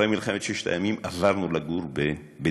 אחרי מלחמת ששת הימים, עברנו לגור בדימונה.